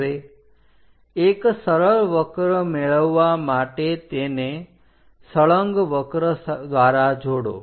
હવે એક સરળ વક્ર મેળવવા માટે તેને સળંગ વક્ર દ્વારા જોડો